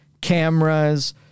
cameras